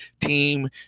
team